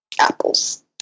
apples